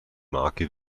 marke